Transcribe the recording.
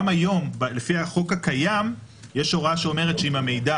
גם היום לפי החוק הקיים יש הוראה שאומרת שאם המידע